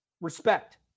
respect